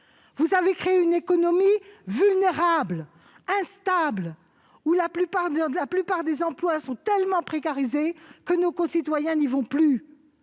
Vous avez créé une économie vulnérable, instable, où la plupart des emplois sont tellement précarisés qu'ils n'attirent plus